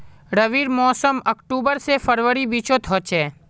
रविर मोसम अक्टूबर से फरवरीर बिचोत होचे